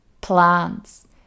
plants